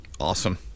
Awesome